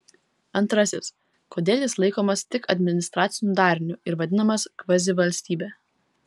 antrasis kodėl jis laikomas tik administraciniu dariniu ir vadinamas kvazivalstybe